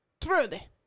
Trudy